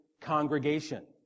congregation